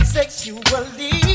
Sexually